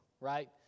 right